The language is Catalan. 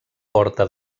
porta